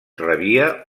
rebia